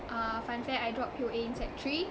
ah fun fact I dropped P_O_A in sec three